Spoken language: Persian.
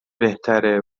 بهتره